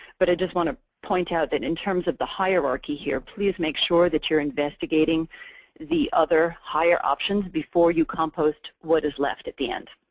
but just want to point out that in terms of the hierarchy here, please make sure that you're investigating the other higher options before you compost what is left at the end.